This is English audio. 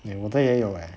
eh 我的也有 eh